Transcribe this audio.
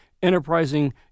Enterprising